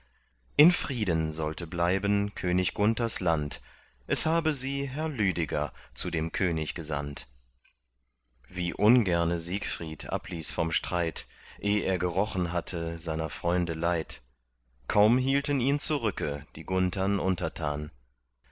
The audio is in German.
in frieden sollte bleiben könig gunthers land es habe sie herr lüdeger zu dem könig gesandt wie ungerne siegfried abließ vom streit eh er gerochen hatte seiner freunde leid kaum hielten ihn zurücke die gunthern untertan